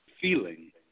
feeling